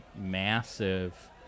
massive